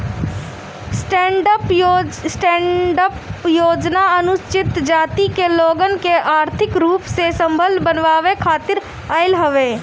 stand up योजना अनुसूचित जाति के लोगन के आर्थिक रूप से संबल बनावे खातिर आईल हवे